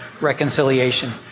reconciliation